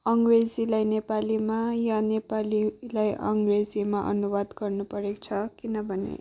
अङ्ग्रेजीलाई नेपालीमा या नेपालीलाई अङ्ग्रेजीमा अनुवाद गर्नुपरेको छ किनभने